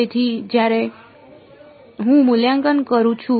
તેથી જ્યારે હું મૂલ્યાંકન કરું છું